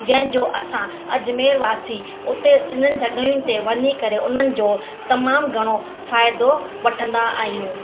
जंहिंजो असां अजमेर वासी उते इन्हनि जॻहियुनि ते वञी करे उन्हनि जो तमामु घणो फ़ाइदो वठंदा आहियूं